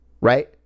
Right